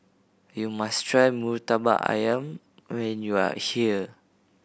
you must try Murtabak Ayam when you are here